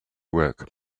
work